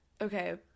Okay